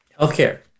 Healthcare